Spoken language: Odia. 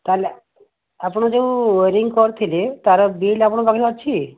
ତାହାଲେ ଆପଣ ଯେଉଁ ୱାଇରିଙ୍ଗ୍ କରିଥିଲେ ତା'ର ବିଲ୍ ଆପଣଙ୍କ ପାଖରେ ଅଛି